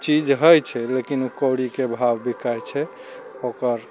चीज होइ छै लेकिन कौड़ीके भाव बिकाइ छै ओकर